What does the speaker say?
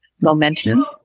momentum